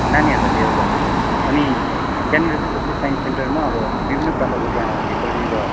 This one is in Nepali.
नानीहरूलाई लिएर जाँदैछौँ अनि त्यहाँनिर चाहिँ जस्तै साइन्स सेन्टरमा अब विभिन्न प्रकारको त्यहाँ भित्रनिर